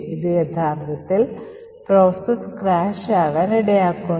ഇത് യഥാർത്ഥത്തിൽ process crash ആകാൻ ഇടയാക്കുന്നു